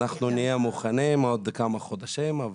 אנחנו נהיה מוכנים עוד כמה חודשים.